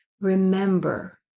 remember